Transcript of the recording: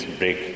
break